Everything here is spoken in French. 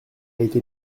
été